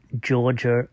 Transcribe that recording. Georgia